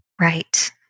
Right